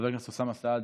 חבר הכנסת אוסאמה סעדי,